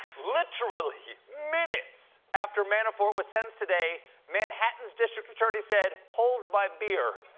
literally, minutes after manafort was sentenced today, manhattan's district attorney said, hold my beer,